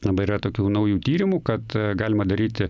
dabar yra tokių naujų tyrimų kad galima daryti